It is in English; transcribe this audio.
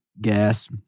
gas